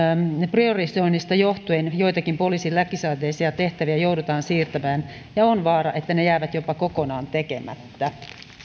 priorisoinnista johtuen joitakin poliisin lakisääteisiä tehtäviä joudutaan siirtämään ja on vaara että ne jäävät jopa kokonaan tekemättä